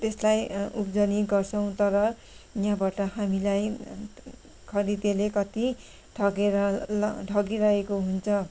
त्यसलाई उब्जनी गर्छौँ तर यहाँबाट हामीलाई खरिदेले कति ठगेर ल ठगिरहेको हुन्छ